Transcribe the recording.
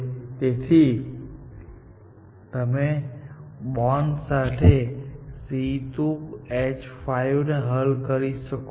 તેથી તમે બોન્ડ સાથે C2H5 હલ કરી શકો છો